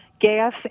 gas